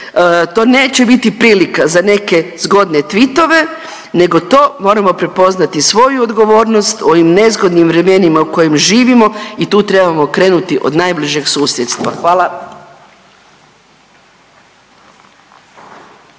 To neće biti prilika za neke zgodne tweettove nego to moramo prepoznati svoju odgovornost u ovim nezgodnim vremenima u kojim živimo i tu trebamo krenuti od najbližeg susjedstva. Hvala.